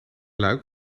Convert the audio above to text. luik